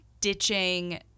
ditching